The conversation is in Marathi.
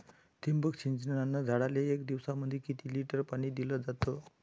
ठिबक सिंचनानं झाडाले एक दिवसामंदी किती लिटर पाणी दिलं जातं?